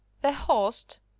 the host,